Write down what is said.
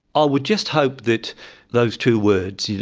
ah would just hope that those two words, you know